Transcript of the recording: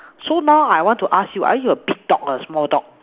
so now I want to ask you are you a big dog or a small dog